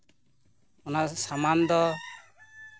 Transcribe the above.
ᱚᱱᱟ ᱥᱟᱢᱟᱱ ᱫᱚ